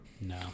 No